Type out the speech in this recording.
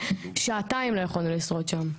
שעתיים לא היינו יכולים לשרוד שם.